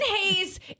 Hayes